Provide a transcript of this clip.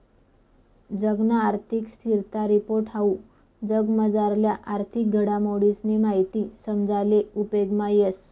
जगना आर्थिक स्थिरता रिपोर्ट हाऊ जगमझारल्या आर्थिक घडामोडीसनी माहिती समजाले उपेगमा येस